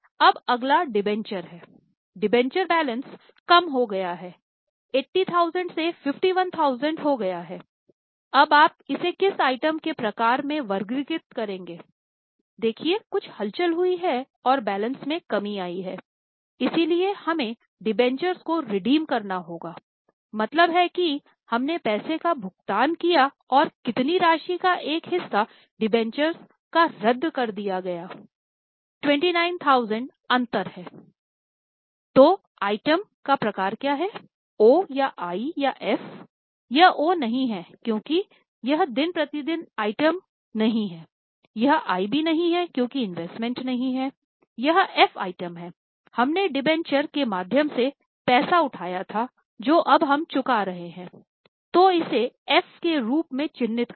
अब अगला डिबेंचर के रूप में चिह्नित करें